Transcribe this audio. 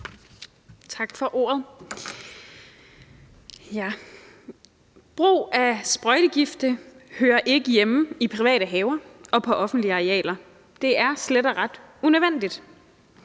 Tak for ordet. Brug af sprøjtegifte hører ikke hjemme i private haver og på offentlige arealer. Det er slet og ret unødvendigt.